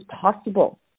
possible